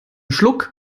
schluck